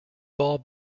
ball